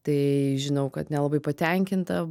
tai žinau kad nelabai patenkinta